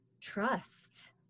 trust